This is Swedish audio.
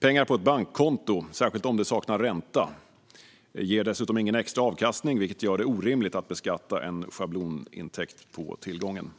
Pengar på ett bankkonto - särskilt om det saknar ränta - ger dessutom ingen extra avkastning, vilket gör det orimligt att beskatta en schablonintäkt på tillgången.